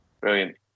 Brilliant